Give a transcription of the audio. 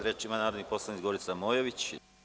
Reč ima narodni poslanik Gorica Mojović.